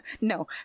no